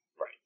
Right